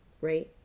right